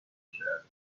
میکردند